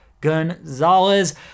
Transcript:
Gonzalez